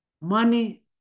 Money